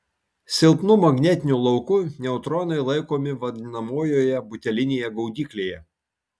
silpnu magnetiniu lauku neutronai laikomi vadinamojoje butelinėje gaudyklėje